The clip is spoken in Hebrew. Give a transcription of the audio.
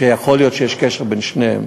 ויכול להיות שיש קשר בין שניהם,